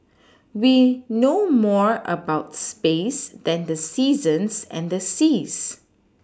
we know more about space than the seasons and the seas